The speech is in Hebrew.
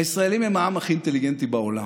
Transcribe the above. הישראלים הם העם הכי אינטליגנטי בעולם.